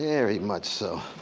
very much so.